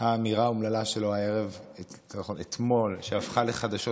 האמירה האומללה שלו אתמול שהפכה לחדשות